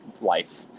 life